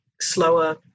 slower